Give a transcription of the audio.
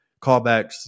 callbacks